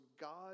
God